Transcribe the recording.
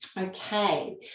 Okay